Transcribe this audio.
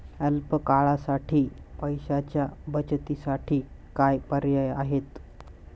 अल्प काळासाठी पैशाच्या बचतीसाठी काय पर्याय आहेत?